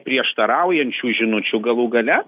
prieštaraujančių žinučių galų gale